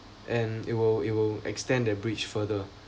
and it will it will extend the bridge further